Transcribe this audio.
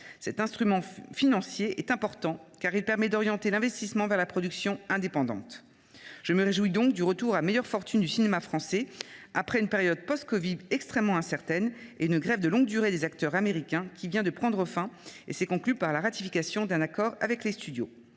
Cet instrument financier est important, car il permet d’orienter l’investissement vers la production indépendante. Je me réjouis du retour à meilleure fortune du cinéma français après une période post covid très incertaine et une grève de longue durée des acteurs américains, qui vient de prendre fin et s’est conclue par la ratification d’un accord avec les studios.